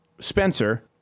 Spencer